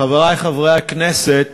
חברי חברי הכנסת,